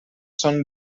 són